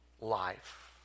life